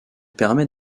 permet